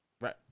right